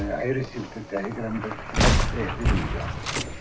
i received a telegram that he was dead in new york. so